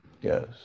Yes